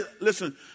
listen